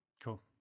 Cool